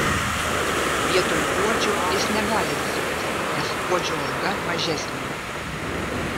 vietoj kuodžio jis negali dirbti nes kuodžio alga mažesnė